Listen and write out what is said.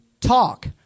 talk